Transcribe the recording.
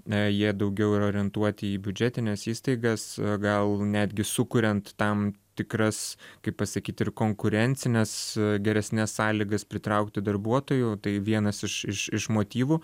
jie daugiau yra orientuoti į biudžetines įstaigas gal netgi sukuriant tam tikras kaip pasakyt ir konkurencines geresnes sąlygas pritraukti darbuotojų tai vienas iš iš iš motyvų